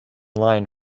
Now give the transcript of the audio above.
line